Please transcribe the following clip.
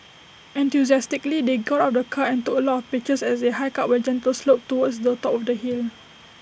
enthusiastically they got out of the car and took A lot of pictures as they hiked up A gentle slope towards the top of the hill